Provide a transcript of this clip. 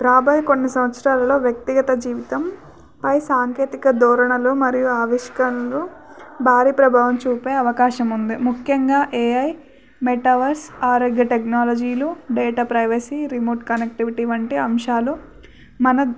రాబోయే బయ కొన్ని సంవత్సరాలలో వ్యక్తిగత జీవితంపై సాంకేతిక ధోరణులు మరియు ఆవిష్కరణలు భారీ ప్రభావం చూపే అవకాశం ఉంది ముఖ్యంగా ఏఐ మెటావర్స్ ఆరోగ్య టెక్నాలజీలు డేటా ప్రైవసీ రిమోట్ కనెక్టివిటీ వంటి అంశాలు మన